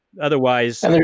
otherwise